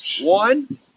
one